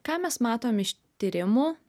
ką mes matom iš tyrimų